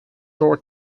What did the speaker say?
road